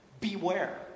Beware